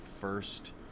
first